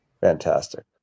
Fantastic